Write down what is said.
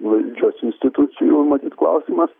valdžios institucijų matyt klausimas